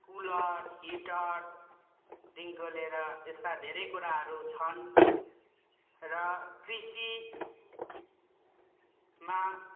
cooler हिटरदेखिको लिएर यस्ता धेरै कुराहरू छन् र कृषिमा